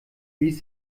ließ